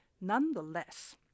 Nonetheless